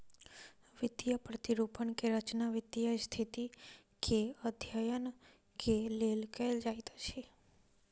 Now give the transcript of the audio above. वित्तीय प्रतिरूपण के रचना वित्तीय स्थिति के अध्ययन के लेल कयल जाइत अछि